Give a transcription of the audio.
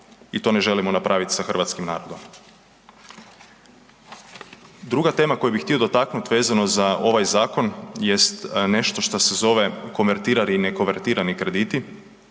i to ne želimo napraviti sa hrvatskim narodom. Druga tema koju bih htio dotaknut vezano za ovaj zakon jest nešto što se zove konvertirani i ne konvertirani krediti